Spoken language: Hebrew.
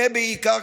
ובעיקר,